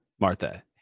Martha